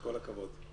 כל הכבוד.